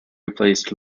replaced